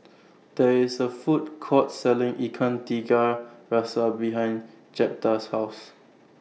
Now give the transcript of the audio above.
There IS A Food Court Selling Ikan Tiga Rasa behind Jeptha's House